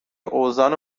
اوزان